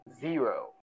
zero